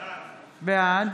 בעד